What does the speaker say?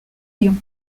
yon